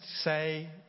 say